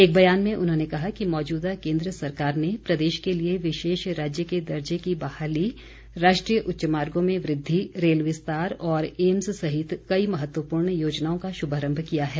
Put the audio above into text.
एक बयान में उन्होंने कहा कि मौजूदा केन्द्र सरकार ने प्रदेश के लिए विशेष राज्य के दर्जे की बहाली राष्ट्रीय उच्च मार्गो में वृद्धि रेल विस्तार और एम्स सहित कई महत्वपूर्ण योजनाओं का शुभारम्भ किया है